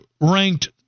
ranked